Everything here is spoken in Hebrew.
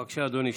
בבקשה, אדוני.